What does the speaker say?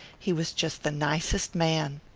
he was just the nicest man.